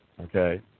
Okay